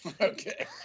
okay